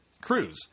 Cruz